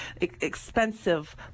expensive